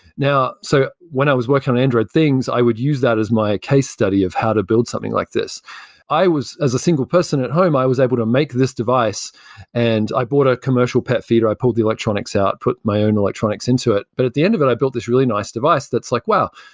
now so when i was working on android things, i would use that as my case study of how to build something like this as a single person at home, i was able to make this device and i bought a commercial pet feeder. i pulled the electronics out, put my own electronics into it, but at the end of it i built this really nice device that's like, wow,